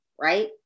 right